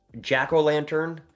jack-o'-lantern